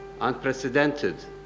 unprecedented